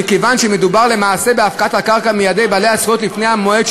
מכיוון שפעלנו שהיא תהיה מאוזנת.